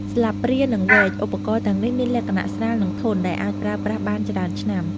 ស្លាបព្រា និងវែក ឧបករណ៍ទាំងនេះមានលក្ខណៈស្រាល និងធន់ ដែលអាចប្រើប្រាស់បានច្រើនឆ្នាំ។